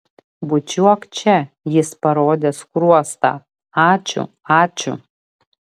bučiuok čia jis parodė skruostą ačiū ačiū